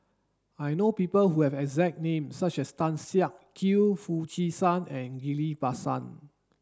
I know people who have a exact name such as Tan Siak Kew Foo Chee San and Ghillie Basan